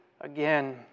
again